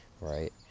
right